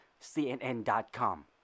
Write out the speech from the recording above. cnn.com